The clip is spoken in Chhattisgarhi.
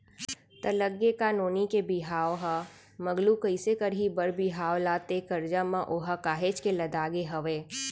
त लग गे का नोनी के बिहाव ह मगलू कइसे करही बर बिहाव ला ते करजा म ओहा काहेच के लदागे हवय